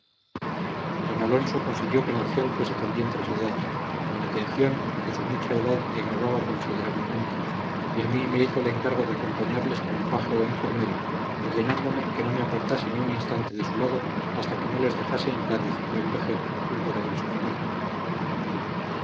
d alonso consiguió que marcial fuese también trasladado en atención a que su mucha edad le agravaba considerablemente y a mí me hizo el encargo de acompañarles como paje o enfermero ordenándome que no me apartase ni un instante de su lado hasta que no les dejase en cádiz o en vejer en poder de su familia